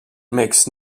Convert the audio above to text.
makes